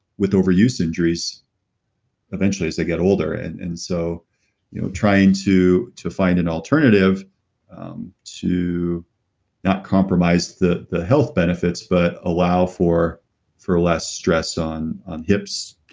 with overuse injuries eventually as they get older. and and so you know trying to to find an alternative to not compromise the the health benefits but allow for for less stress on on hips,